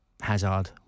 Hazard